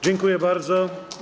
Dziękuję bardzo.